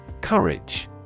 Courage